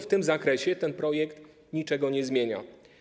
W tym zakresie ten projekt niczego nie zmienia.